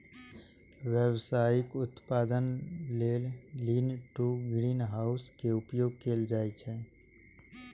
व्यावसायिक उत्पादन लेल लीन टु ग्रीनहाउस के उपयोग कैल जाइ छै